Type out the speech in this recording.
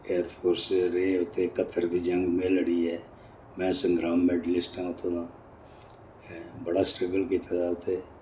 air force रेह् उत्थै कत्तर दी जंग में लड़ी ऐ मैं संग्राम मेडलिस्ट आं उत्थूं दा बड़ा स्ट्रगल कीते दा उत्थै